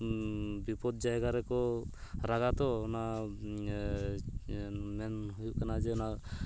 ᱵᱤᱯᱚᱫ ᱡᱟᱭᱜᱟ ᱨᱮᱠᱚ ᱨᱟᱜᱟ ᱛᱚ ᱚᱱᱟ ᱢᱮᱱ ᱦᱩᱭᱩᱜ ᱠᱟᱱᱟ ᱡᱮ ᱱᱚᱣᱟ